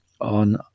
on